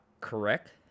correct